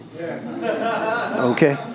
okay